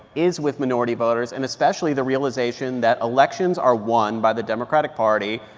is with minority voters and especially the realization that elections are won by the democratic party.